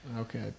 Okay